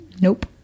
Nope